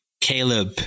caleb